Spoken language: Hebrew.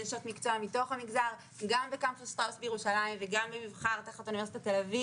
גם בקמפוס "שטראוס" בירושלים וגם ב"מבחר" תחת אוניברסיטת תל אביב.